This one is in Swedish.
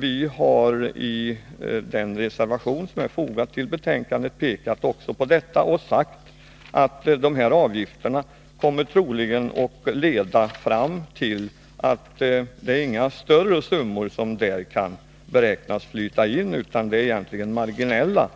Vi har i den reservation som är fogad till betänkandet pekat på detta och sagt att troligen kan inga större summor beräknas flyta in genom de här avgifterna, utan att det egentligen är marginella